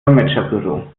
dolmetscherbüro